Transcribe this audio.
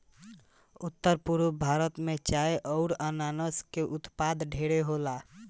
उत्तर पूरब भारत में चाय अउर अनारस के उत्पाद ढेरे होला